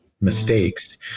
mistakes